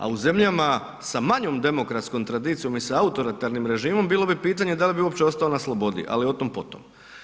A u zemljama sa manjom demokratskom tradicijom i sa autoritarnim režimom bilo bi pitanje da li bi uopće ostao na slobodi, ali o tom po tom.